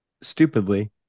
stupidly